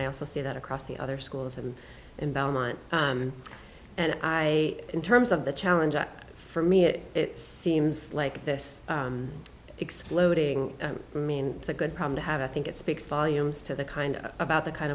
i also see that across the other schools and in belmont and i in terms of the challenge for me it seems like this exploding i mean it's a good problem to have i think it speaks volumes to the kind about the kind